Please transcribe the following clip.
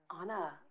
Anna